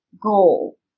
goal